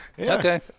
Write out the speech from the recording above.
Okay